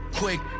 quick